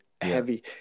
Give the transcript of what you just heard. Heavy